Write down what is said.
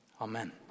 amen